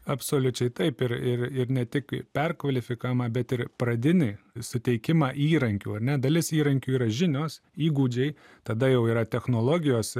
absoliučiai taip ir ir ir ne tik perkvalifikavimą bet ir pradinį suteikimą įrankių ar ne dalis įrankių yra žinios įgūdžiai tada jau yra technologijos